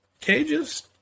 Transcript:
cages